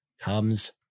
comes